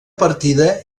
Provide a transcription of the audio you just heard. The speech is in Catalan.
partida